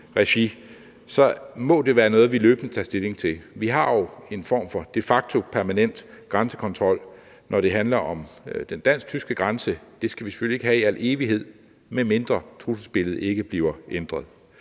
må det være noget, vi løbende tager stilling til. Vi har jo en form for de facto-permanent grænsekontrol, når det handler om den dansk-tyske grænse, og det skal vi selvfølgelig ikke have i al evighed, medmindre trusselsbilledet ikke bliver ændret.